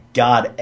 god